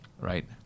right